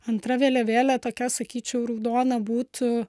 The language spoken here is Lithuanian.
antra vėliavėlė tokia sakyčiau raudona būtų